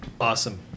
Awesome